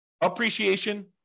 appreciation